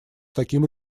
таким